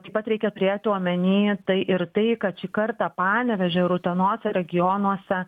taip pat reikia turėti omeny tai ir tai kad šį kartą panevėžio ir utenos regionuose